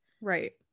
Right